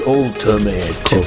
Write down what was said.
ultimate